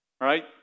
right